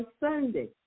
Sunday